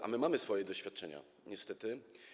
A my mamy tu swoje doświadczenia niestety.